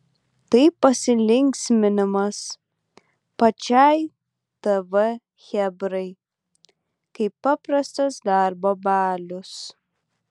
tai pasilinksminimas pačiai tv chebrai kaip paprastas darbo balius